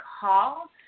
call